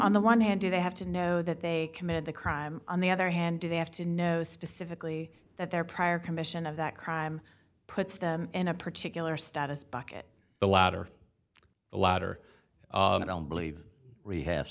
on the one hand do they have to know that they committed the crime on the other hand do they have to know specifically that their prior commission of that crime puts them in a particular status bucket the latter the latter i don't believe reha